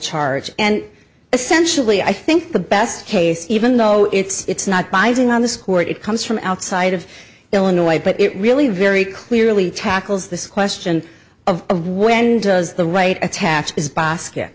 charge and essentially i think the best case even though it's not binding on this court it comes from outside of illinois but it really very clearly tackles this question of of when does the right attach his bos